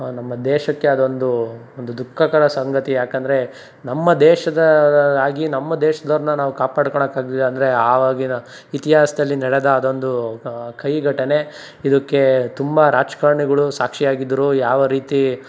ನಮ್ಮ ದೇಶಕ್ಕೆ ಅದೊಂದು ಒಂದು ದುಃಖಕರ ಸಂಗತಿ ಯಾಕಂದರೆ ನಮ್ಮ ದೇಶದ ಆಗಿ ನಮ್ಮ ದೇಶದವ್ರನ್ನ ನಾವು ಕಾಪಾಡ್ಕೊಳಕ್ಕಾಗ್ಲಿಲ್ಲಾಂದರೆ ಆವಾಗಿನ ಇತಿಹಾಸ್ದಲ್ಲಿ ನಡೆದ ಅದೊಂದು ಕಹಿ ಘಟನೆ ಇದುಕ್ಕೆ ತುಂಬ ರಾಜಕಾರ್ಣಿಗುಳು ಸಾಕ್ಷಿಯಾಗಿದ್ರು ಯಾವ ರೀತಿ